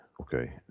okay